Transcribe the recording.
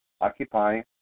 occupying